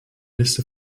liste